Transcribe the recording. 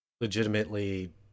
legitimately